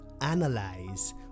analyze